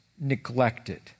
neglected